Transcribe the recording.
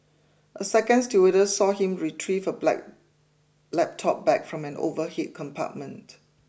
a second stewardess saw him retrieve a black laptop bag from an overhead compartment